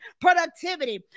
productivity